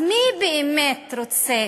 אז מי באמת רוצה